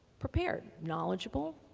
prepared knowledgeable,